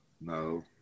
No